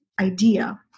idea